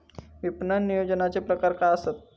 विपणन नियोजनाचे प्रकार काय आसत?